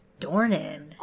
Dornan